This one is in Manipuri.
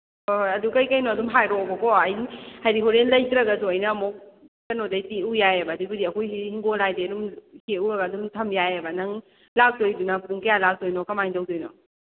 ꯍꯣꯏ ꯍꯣꯏ ꯑꯗꯨ ꯀꯩ ꯀꯩꯅꯣ ꯑꯗꯨꯝ ꯍꯥꯏꯔꯛꯑꯣꯕꯀꯣ ꯑꯩ ꯍꯥꯏꯗꯤ ꯍꯣꯔꯦꯟ ꯂꯩꯇ꯭ꯔꯒꯁꯨ ꯑꯩꯅ ꯑꯃꯨꯛ ꯀꯩꯅꯣꯗꯩ ꯇꯤꯛꯎ ꯌꯥꯏꯌꯦꯕ ꯑꯗꯨꯕꯨꯗꯤ ꯑꯩꯈꯣꯏꯒꯤ ꯍꯤꯡꯒꯣꯟ ꯍꯥꯏꯗꯤ ꯑꯗꯨꯝ ꯍꯦꯛꯎꯔꯒ ꯑꯗꯨꯝ ꯊꯝ ꯌꯥꯏꯌꯦꯕ ꯅꯪ ꯂꯥꯛꯇꯣꯏꯗꯨꯅ ꯄꯨꯡ ꯀꯌꯥ ꯂꯥꯛꯇꯣꯏꯅꯣ ꯀꯃꯥꯏ ꯇꯧꯗꯣꯏꯅꯣ